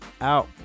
out